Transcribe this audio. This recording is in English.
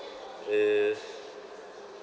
uh